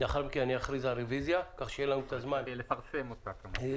לאחר מכן אני אכריז על רביזיה כך שיהיה לנו את הזמן לפרסם את הרביזיה.